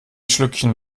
schlückchen